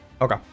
Okay